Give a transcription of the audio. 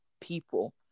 people